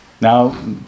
Now